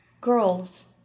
Girls